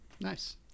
Nice